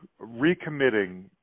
Recommitting